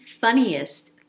funniest